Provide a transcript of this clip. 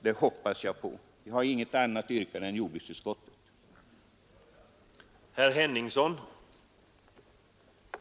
Jag har, herr talman, inget annat yrkande än bifall till jordbruksutskottets förslag.